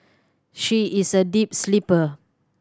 she is a deep sleeper